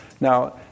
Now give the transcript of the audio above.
Now